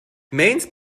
mains